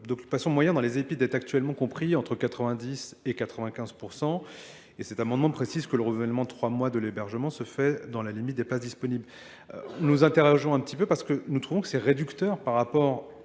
d'occupation moyen dans les épides est actuellement compris entre 90 et 95 %. Et cet amendement précise que le revenement trois mois de l'hébergement se fait dans la limite des places disponibles. Nous interrogeons un petit peu parce que nous trouvons que c'est réducteur par rapport